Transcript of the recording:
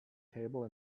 table